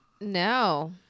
No